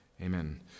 Amen